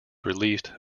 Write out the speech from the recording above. released